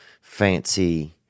fancy